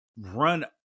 run